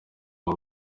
abo